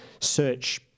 search